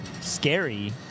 scary